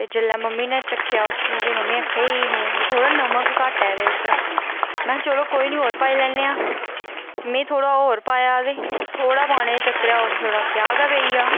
ते जेल्लै मम्मी नै चक्खेआ उसी ते मम्मी नै थोह्ड़ा नमक घट्ट ऐ एह्दे बिच मेहें कोई निं होर पाई लैन्ने आं में थोह्ड़ा होर पाया ते थोह्ड़ा पाने दे चक्करै च ओह् क्या गै पेई गेआ